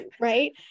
right